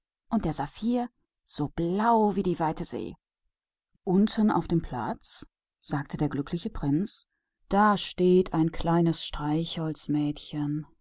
und der saphir so blau wie die große see dort unten auf dem platz sagte der prinz da steht ein kleines